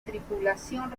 tripulación